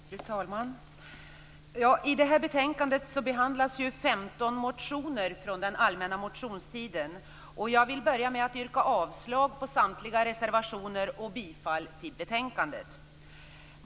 Fru talman! I det här betänkandet behandlas 15 motioner från den allmänna motionstiden. Jag vill börja med att yrka avslag på samtliga reservationer och bifall till hemställan i betänkandet.